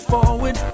forward